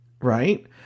right